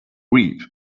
reap